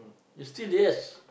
you still yes